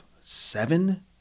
seven